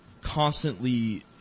constantly